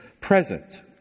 present